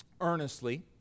earnestly